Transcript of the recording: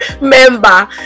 member